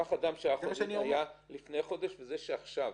קח אדם שהחוזה שלו היה לפני חודש ואת זה שעכשיו,